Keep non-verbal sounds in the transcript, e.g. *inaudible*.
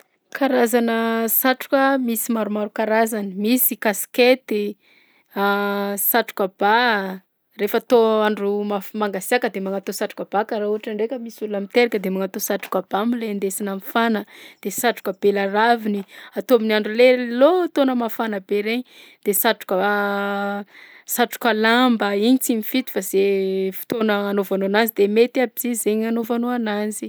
Karazana satroka misy maromaro karazany: misy kasikety, *hesitation* satroka ba rehefa tao andro maf- mangasiaka de manatao satroka ba ka raha ohatra ndraika misy olona miteraka de magnatao satroka ba am'le andesina mifana, de satroka belaraviny atao amin'ny andro le lohataona mafana be regny satroka *hesitation* satroka lamba igny tsy mifidy fa zay fotoana agnaovanao anazy de mety aby si zaigny anaovanao azy.